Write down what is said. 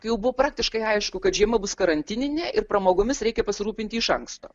jau buvo praktiškai aišku kad žiema bus karantininė ir pramogomis reikia pasirūpinti iš anksto